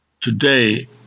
Today